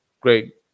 Great